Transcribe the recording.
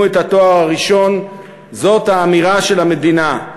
את התואר הראשון הוא האמירה של המדינה: